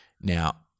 now